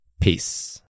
Peace